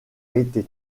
été